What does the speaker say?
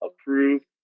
approved